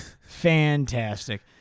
Fantastic